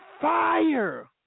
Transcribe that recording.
fire